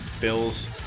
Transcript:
Bills